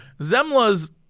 Zemla's